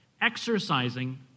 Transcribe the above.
exercising